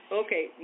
okay